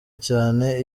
cyane